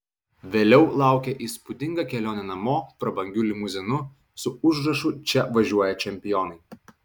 vėliau laukė įspūdinga kelionė namo prabangiu limuzinu su užrašu čia važiuoja čempionai